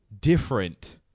different